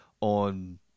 on